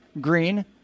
green